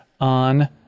on